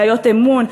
בעיות אמון,